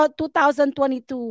2022